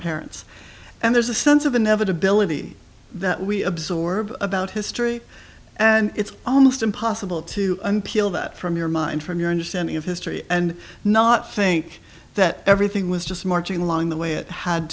parents and there's a sense of inevitability that we absorb about history and it's almost impossible to unpeel that from your mind from your understanding of history and not think that everything was just marching along the way it had